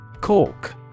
Cork